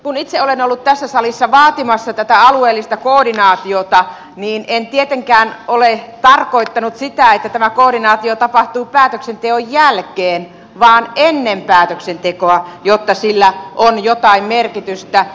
kun itse olen ollut tässä salissa vaatimassa tätä alueellista koordinaatiota niin en tietenkään ole tarkoittanut sitä että tämä koordinaatio tapahtuu päätöksenteon jälkeen vaan ennen päätöksentekoa jotta sillä on jotain merkitystä